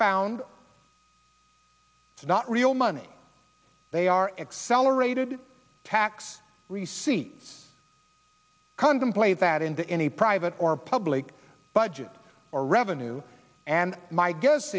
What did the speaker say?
found it's not real money they are accelerated tax receipts contemplate that into any private or public budget or revenue and my guess